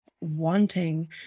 wanting